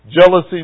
jealousy